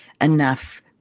enough